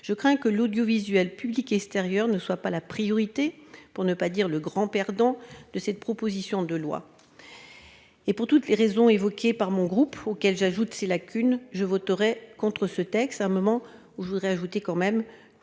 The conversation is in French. Je crains que l'audiovisuel public extérieur ne soit pas la priorité pour ne pas dire le grand perdant de cette proposition de loi. Et pour toutes les raisons évoquées par mon groupe auquel j'ajoute ces lacunes. Je voterai contre ce texte, à un moment où je voudrais ajouter quand même